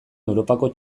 europako